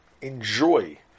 enjoy